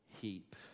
heap